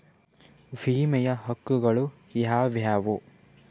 ವಿಮೆಯ ಹಕ್ಕುಗಳು ಯಾವ್ಯಾವು?